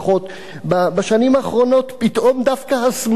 בשנים האחרונות פתאום דווקא השמאל מאמין לו.